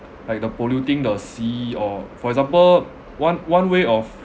like the polluting the sea or for example one one way of